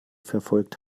verfolgt